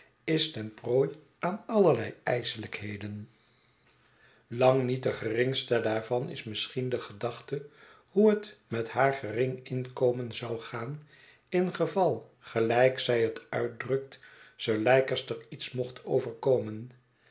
is ten prooi aan allerlei ijselijkheden lang niet de geringste daarvan is misschien de gedachte hoe het met haar gering inkomen zou gaan in geval gelijk zij het uitdrukt sir leicester iets mocht overkomen